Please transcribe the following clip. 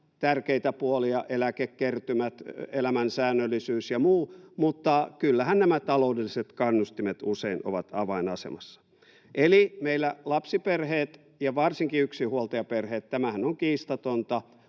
tärkeitä puolia, eläkekertymät, elämän säännöllisyys ja muu, mutta kyllähän nämä taloudelliset kannustimet usein ovat avainasemassa. Eli meillä lapsiperheet ja varsinkin yksinhuoltajaperheet — tämähän on kiistatonta